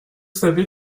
savez